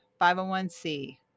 501C